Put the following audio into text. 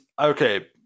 Okay